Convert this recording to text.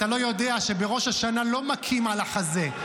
אתה לא יודע שבראש השנה לא מכים על החזה.